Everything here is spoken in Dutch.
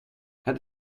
het